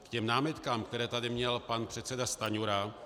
K těm námitkám, které tady měl pan předseda Stanjura...